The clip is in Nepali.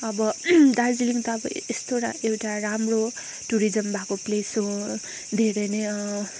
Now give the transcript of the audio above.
अब दार्जिलिङ त अब यस्तो एउटा राम्रो टुरिजम भएको प्लेस हो धेरै नै